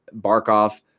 Barkov